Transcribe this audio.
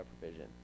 provision